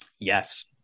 Yes